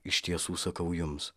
iš tiesų sakau jums